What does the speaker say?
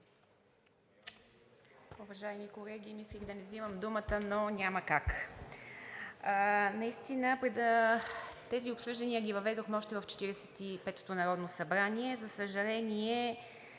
Уважаеми колеги, мислех да не взимам думата, но няма как. Наистина тези обсъждания ги въведохме още в 45-ото народно събрание. За съжаление,